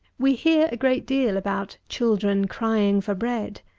we hear a great deal about children crying for bread,